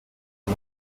and